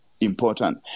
important